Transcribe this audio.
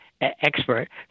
Expert